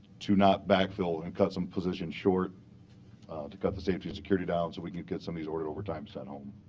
to not back-fill and cut some positions short to cut the safety security down so we can get some of these ordered overtimes sent home.